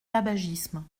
tabagisme